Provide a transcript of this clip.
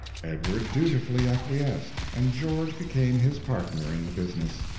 edward dutifully acquiesced, and george became his partner in the business.